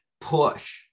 push